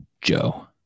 Joe